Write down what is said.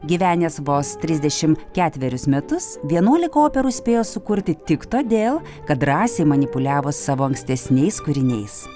gyvenęs vos trisdešim ketverius metus vienuolika operų spėjo sukurti tik todėl kad drąsiai manipuliavo savo ankstesniais kūriniais